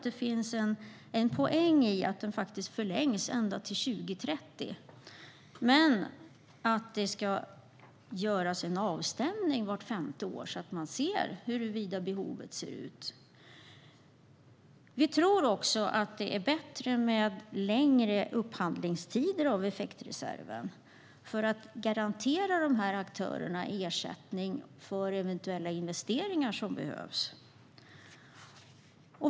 Det finns en poäng i att den förlängs ända fram till 2030. Men det ska göras en avstämning vart femte år, så att man ser hur behovet ser ut. Vi tror också att det är bättre med längre upphandlingstider av effektreserven för att garantera aktörerna ersättning för eventuella investeringar som behövs.